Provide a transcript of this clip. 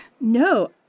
No